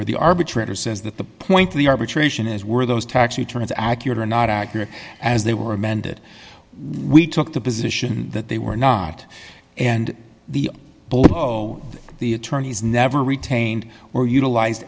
where the arbitrator says that the point of the arbitration is were those tax returns accurate or not accurate as they were amended we took the position that they were not and the the attorneys never retained or utilize